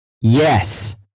yes